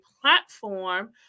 platform